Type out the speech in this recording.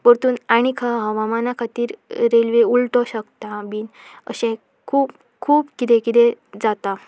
परतून आनीक हवामाना खातीर रेल्वे उलटो शकता बीन अशें खूब खूब किदें किदें जाता